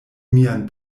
mian